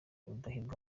rudahigwa